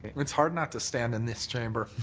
it's hard not to stand in this chamber.